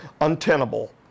untenable